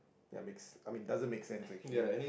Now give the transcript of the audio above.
ya makes I mean doesn't make sense actually